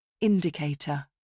Indicator